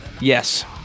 Yes